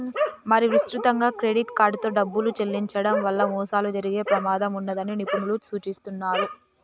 మరీ విస్తృతంగా క్రెడిట్ కార్డుతో డబ్బులు చెల్లించడం వల్ల మోసాలు జరిగే ప్రమాదం ఉన్నదని నిపుణులు సూచిస్తున్నరు